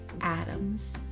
Adams